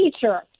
teacher